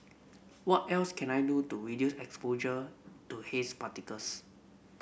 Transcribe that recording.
what else can I do to reduce exposure to haze particles